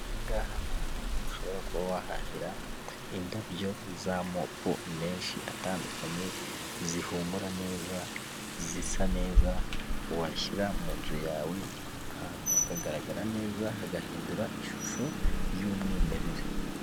Aha ngaha ni ahantu ushobora kuba wahahira indabyo z'amoko menshi atandukanye zihumura neza zisa neza washyira mu nzu yawe ahantu hakagaragara neza hagahindura ishusho y'umwimerere.